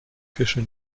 fischer